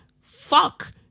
Fuck